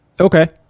okay